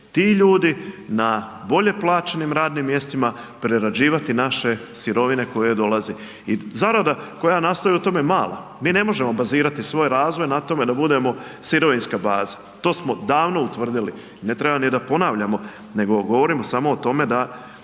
ti ljudi na bolje plaćenim radnim mjestima prerađivati naše sirovine koje dolaze. I zarada koja nastaje u tome je mala, mi ne možemo bazirati svoj razvoj na tome da budemo sirovinska baza, to smo davno utvrdili. Ne treba ni da ponavljamo nego govorimo samo o tome da